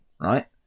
Right